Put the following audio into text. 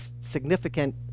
significant